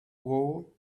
walls